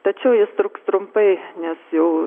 tačiau jis truks trumpai nes jau